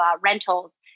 rentals